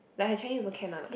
like her Chinese also can lah